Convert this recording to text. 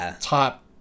top